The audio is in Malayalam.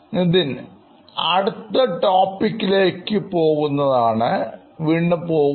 Nithin അടുത്ത ടോപ്പിക്ക് ലേക്ക്പോകുംവീണ്ടും പോകുന്നു